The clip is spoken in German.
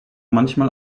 manchmal